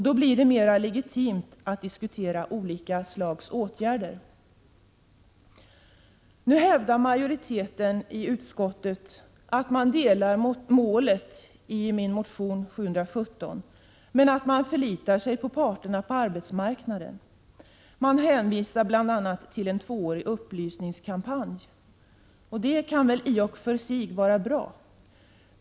Då blir det mera legitimt att diskutera olika slags åtgärder. Nu hävdar majoriteten i utskottet att man ställer sig bakom målet i min motion §0717 men att man förlitar sig på parterna på arbetsmarknaden. Man hänvisar bl.a. till en tvåårig upplysningskampanj, och en sådan kan i och för sig vara bra.